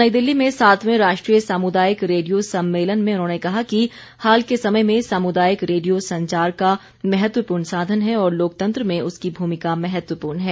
कल नई दिल्ली में सातवें राष्ट्रीय सामुदायिक रेडियो सम्मेलन में उन्होंने कहा कि हाल के समय में सामुदायिक रेडियो संचार का महत्वपूर्ण साधन है और लोकतंत्र में उसकी भूमिका महत्वपूर्ण है